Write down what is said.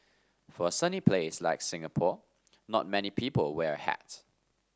for a sunny place like Singapore not many people wear a hat